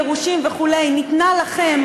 גירושין וכו' ניתן לכם,